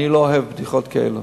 אני לא אוהב בדיחות כאלה.